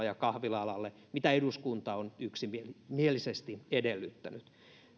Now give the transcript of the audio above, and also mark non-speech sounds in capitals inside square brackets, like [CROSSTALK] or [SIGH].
[UNINTELLIGIBLE] ja kahvila alalle mitä eduskunta on yksimielisesti edellyttänyt